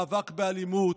מאבק באלימות,